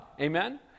amen